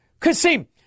Kasim